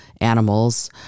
animals